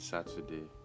Saturday